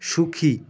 সুখী